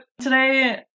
today